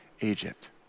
Egypt